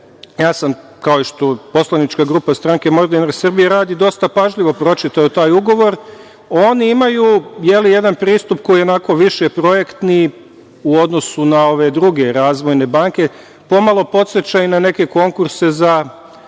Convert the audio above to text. ja sam, kao što poslanička grupa Stranke moderne Srbije radi, dosta pažljivo pročitao taj ugovor. Oni imaju jedan pristup koji je više projektni u odnosu na ove druge razvojne banke, pomalo podseća na neke konkurse za